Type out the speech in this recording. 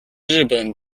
日本